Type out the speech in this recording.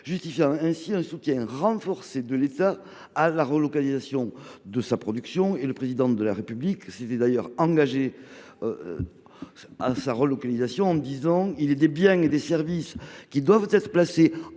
justifiant un soutien renforcé de l’État à la relocalisation de sa production. Le Président de la République s’y était d’ailleurs engagé en disant :« Il est des biens et des services qui doivent être placés